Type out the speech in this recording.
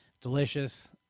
Delicious